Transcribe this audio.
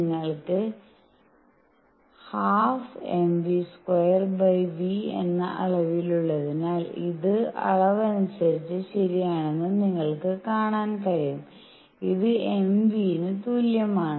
നിങ്ങൾക്ക് ½mv²v എന്ന അളവിലുള്ളതിനാൽ ഇത് അളവനുസരിച്ച് ശരിയാണെന്ന് നിങ്ങൾക്ക് കാണാൻ കഴിയും ഇത് m v ന് തുല്യമാണ്